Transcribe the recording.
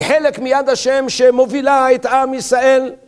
חלק מיד השם שמובילה את עם ישראל